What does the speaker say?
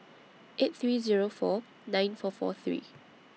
eight three Zero four nine four four three